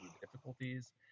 difficulties